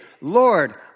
Lord